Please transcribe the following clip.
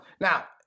Now